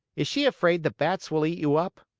is she afraid the bats will eat you up?